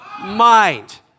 mind